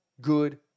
good